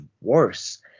worse